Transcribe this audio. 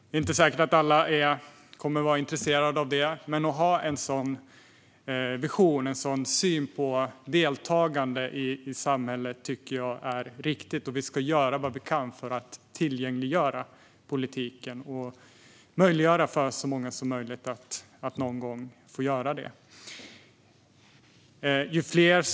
Det är inte säkert att alla kommer att vara intresserade av det, men jag tycker att det är riktigt att ha en sådan vision, en sådan syn på deltagande i samhället. Vi ska göra vad vi kan för att tillgängliggöra politiken och möjliggöra för så många som möjligt att någon gång få ha ett sådant uppdrag.